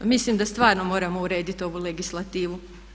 Pa mislim da stvarno moramo urediti ovu legislativu.